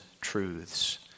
truths